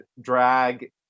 drag